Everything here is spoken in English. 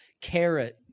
carrot